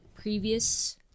previous